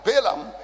Balaam